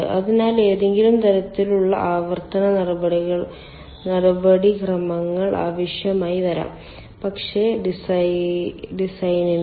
അതിനാൽ എന്തെങ്കിലും തരത്തിലുള്ള ആവർത്തന നടപടിക്രമങ്ങൾ ആവശ്യമായി വരാം പക്ഷേ ഡിസൈനിനായി